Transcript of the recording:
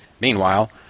Meanwhile